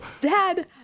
Dad